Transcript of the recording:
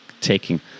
taking